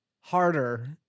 harder